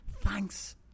thanks